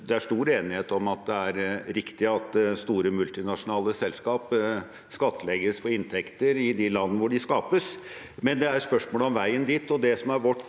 Det er stor enighet om at det er riktig at store multinasjonale selskaper skattlegges for inntekter i de landene hvor de skapes, men det er spørsmål om veien dit. Det som er vårt